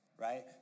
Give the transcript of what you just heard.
right